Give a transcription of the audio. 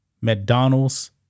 McDonald's